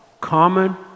common